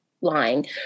lying